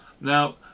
Now